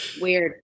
Weird